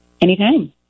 Anytime